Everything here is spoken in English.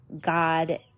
God